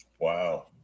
Wow